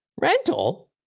Rental